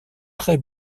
très